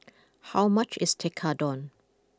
how much is Tekkadon